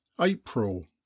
april